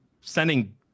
sending